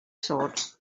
thought